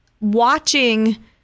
watching